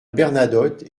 bernadotte